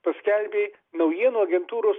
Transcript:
paskelbė naujienų agentūros